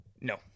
no